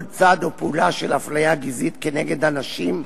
צעד או פעולה של אפליה גזעית כנגד אנשים,